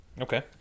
Okay